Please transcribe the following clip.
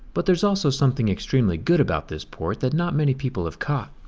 but there's also something extremely good about this port that not many people have caught.